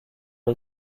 les